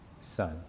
son